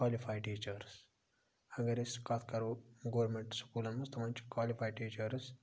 qualified teachers اگر أسۍ کتھ کَرو گورمنٹ سوٚکوٗلَن ہٕنٛز تِمَن چھِ کالفایڈ ٹیٖچٲرس